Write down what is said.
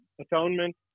Atonement